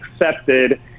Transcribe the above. accepted